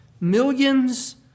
Millions